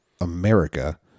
America